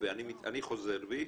אני חוזר בי